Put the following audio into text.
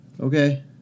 Okay